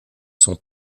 son